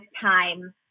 time